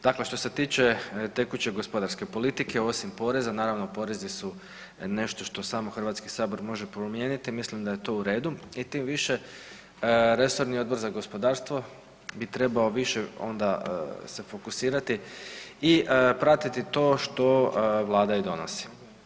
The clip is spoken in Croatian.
Dakle, što se tiče tekuće gospodarske politike, osim poreza, naravno porezi su nešto što samo HS može promijeniti, mislim da je to u redu i tim više resorni Odbor za gospodarstvo bi trebao više onda se fokusirati i pratiti to što vlada i donosi.